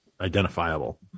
identifiable